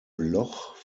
bloch